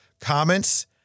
comments